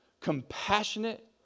compassionate